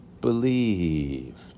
believed